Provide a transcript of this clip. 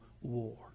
war